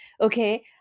Okay